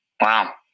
Wow